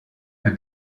più